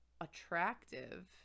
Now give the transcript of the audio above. attractive